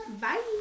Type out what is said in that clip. Bye